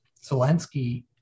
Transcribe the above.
Zelensky